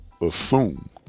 assume